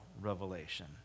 revelation